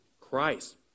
Christ